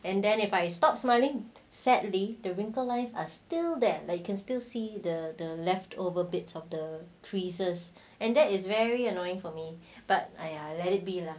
and then if I stopped smiling sadly the winkle lines are still there that you can still see the the leftover bits of the creases and that is very annoying for me but !aiya! let it be lah